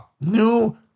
new